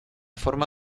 forma